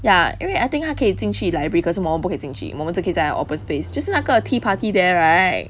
ya 因为 I think 她可以进去 library 可是我们不可以进去我们只可以在那个 open space just 是那个 tea party there right